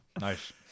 Nice